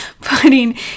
putting